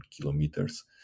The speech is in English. kilometers